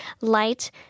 light